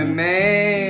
man